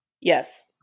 Yes